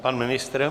Pan ministr?